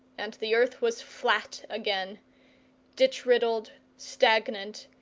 and the earth was flat again ditch-riddled, stagnant,